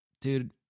Dude